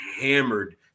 hammered